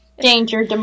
Danger